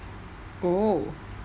oh